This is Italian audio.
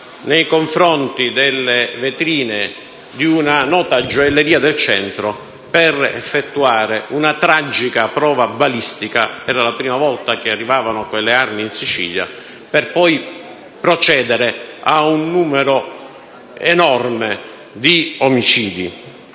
contro le vetrine di una nota gioielleria del centro, per effettuare una tragica prova balistica (era la prima volta che arrivavano quelle armi in Sicilia), per poi procedere a un numero enorme di omicidi.